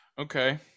Okay